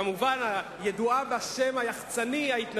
הידועה בשם היחצני "ההתנתקות".